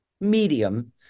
medium